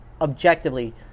objectively